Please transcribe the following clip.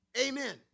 Amen